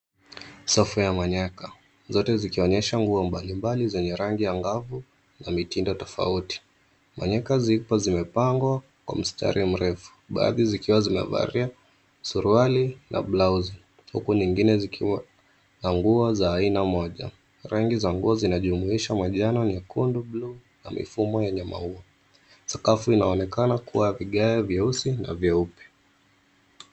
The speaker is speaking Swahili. Safu ya manyeka zote zikionyesha nguo mbalimbali zenye rangi angavu, na mitindo tofauti. Manyeka zipo zimepangwa kwa mstari mrefu. Baadhi zikiwa zimevalia suruali na blauzi huku nyingine zikiwa na nguo za aina moja. Rangi za nguo zinajumuisha manjano, nyekundu, bluu na mifumo yenye maua. Sakafu inaonekana kuwa ya vigae vyeusi na vyeupe.